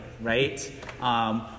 right